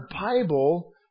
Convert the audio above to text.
Bible